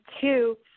two